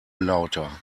lauter